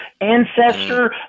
ancestor